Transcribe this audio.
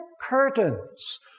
curtains